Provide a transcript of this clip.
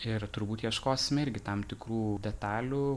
ir turbūt ieškosime irgi tam tikrų detalių